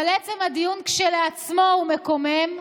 אבל עצם הדיון כשלעצמו הוא מקומם,